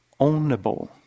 ownable